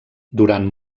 durant